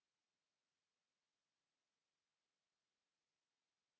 Kiitos.